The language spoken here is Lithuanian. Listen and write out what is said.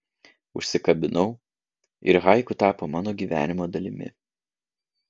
užsikabinau ir haiku tapo mano gyvenimo dalimi